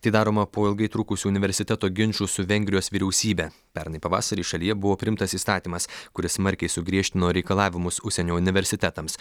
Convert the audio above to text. tai daroma po ilgai trukusių universiteto ginčų su vengrijos vyriausybe pernai pavasarį šalyje buvo priimtas įstatymas kuris smarkiai sugriežtino reikalavimus užsienio universitetams